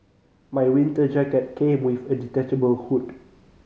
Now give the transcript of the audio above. my winter jacket came with a detachable hood